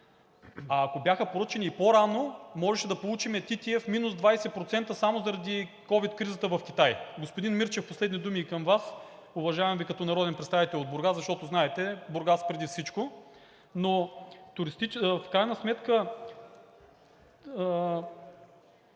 а ако бяха поръчани по-рано, можеше да получим ТТF минус 20% само заради ковид кризата в Китай. Господин Мирчев, последни думи и към Вас. Уважавам Ви като народен представител от Бургас, защото, знаете, Бургас преди всичко. Но в крайна сметка